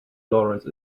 laurence